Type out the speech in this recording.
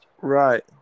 Right